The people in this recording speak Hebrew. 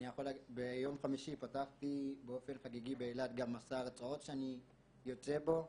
ביום חמישי כתבתי באופן חגיגי באילת גם מסע הרצאות שאני יוצא בו,